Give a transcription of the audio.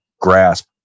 grasp